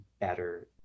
better